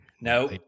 No